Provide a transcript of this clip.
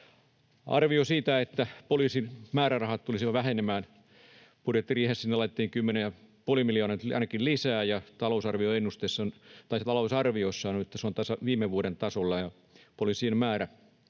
Arvioon siitä, että poliisin määrärahat tulisivat vähenemään: Budjettiriihessä sinne laitettiin ainakin 10,5 miljoonaa lisää, ja talousarviossa on, että se on viime vuoden tasolla. Poliisien määrä